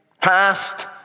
past